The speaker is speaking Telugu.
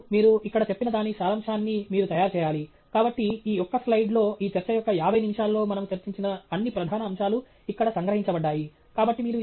చివరకు మీరు ఇక్కడ చెప్పిన దాని సారాంశాన్ని మీరు తయారు చేయాలి కాబట్టి ఈ ఒక్క స్లైడ్లో ఈ చర్చ యొక్క 50 నిమిషాల్లో మనము చర్చించిన అన్ని ప్రధాన అంశాలు ఇక్కడ సంగ్రహించబడ్డాయి